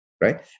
right